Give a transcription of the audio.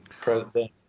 president